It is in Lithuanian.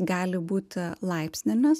gali būti laipsnimis